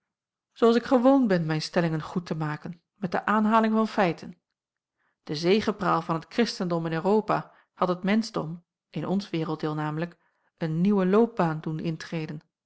als ik gewoon ben mijn stellingen goed te maken met de aanhaling van feiten de zegepraal van het kristendom in europa had het menschdom in ons werelddeel namelijk een nieuwe loopbaan doen intreden